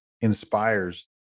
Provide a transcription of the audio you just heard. inspires